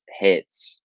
hits